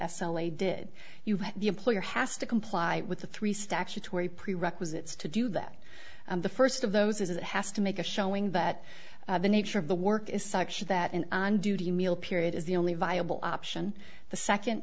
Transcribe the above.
a did you have the employer has to comply with the three statutory prerequisites to do that the first of those is it has to make a showing that the nature of the work is such that an on duty meal period is the only viable option the second